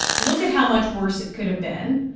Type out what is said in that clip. look at how much worse it could have been.